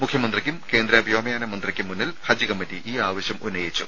മുഖ്യമന്ത്രിക്കും കേന്ദ്ര വ്യോമയാന മന്ത്രിക്കും മുന്നിൽ ഹജ്ജ് കമ്മിറ്റി ഈ ആവശ്യം ഉന്നയിച്ചു